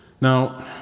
Now